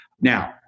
Now